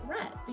threat